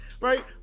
Right